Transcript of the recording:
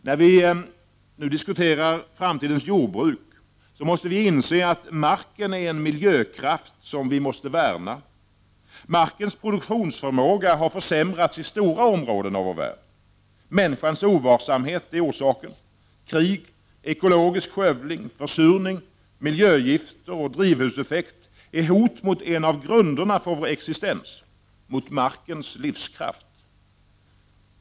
När vi nu diskuterar framtidens jordbruk måste vi inse att marken är en miljökraft som vi måste värna. Markens produktionsförmåga har försämrats istora områden av vår värld. Människans ovarsamhet är orsaken. Krig, ekologisk skövling, försurning, miljögifter och drivhuseffekt är hot mot en av grunderna för vår existens — mot markens livskraft.